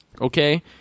Okay